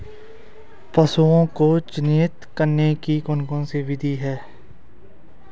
पशुओं को चिन्हित करने की कौन कौन सी विधियां हैं?